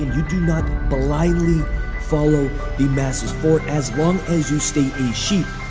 you do not blindly follow the masses. for as long as you stay a sheep,